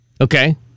Okay